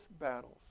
battles